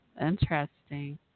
Interesting